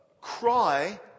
cry